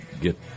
get